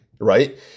right